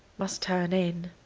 must turn in.